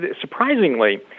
surprisingly